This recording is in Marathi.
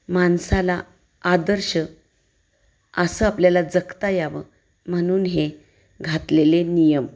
माणसाला आदर्श असं आपल्याला जगता यावं म्हणून हे घातलेले नियम